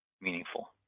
meaningful